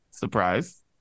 surprise